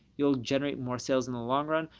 you'll generate more sales in the long run.